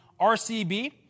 RCB